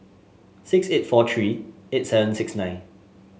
six eight four three eight seven six nine